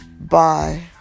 Bye